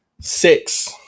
six